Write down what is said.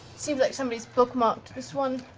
seems like somebody's bookmarked this one.